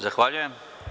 Zahvaljujem.